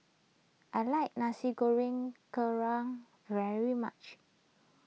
I like Nasi Goreng Kerang very much